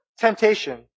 temptation